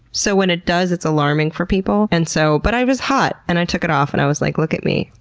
so, when it does, it's alarming for people. and so but i was hot! and i took it off and i was like, look at me.